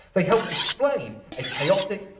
they help explain a chaotic,